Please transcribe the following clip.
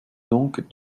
donc